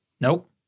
Nope